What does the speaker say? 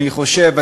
אני חושב,